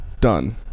done